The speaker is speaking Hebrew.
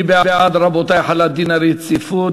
מי בעד, רבותי, החלת דין הרציפות?